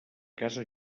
casa